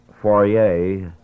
Fourier